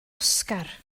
oscar